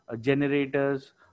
generators